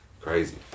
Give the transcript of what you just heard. Crazy